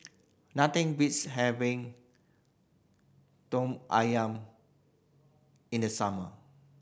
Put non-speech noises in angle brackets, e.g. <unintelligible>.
nothing beats having <unintelligible> ayam in the summer